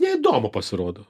neįdomu pasirodo